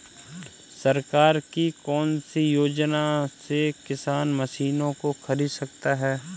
सरकार की कौन सी योजना से किसान मशीनों को खरीद सकता है?